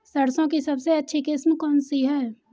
सरसों की सबसे अच्छी किस्म कौन सी है?